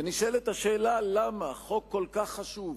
ונשאלת השאלה למה חוק כל כך חשוב,